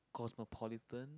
cosmopolitan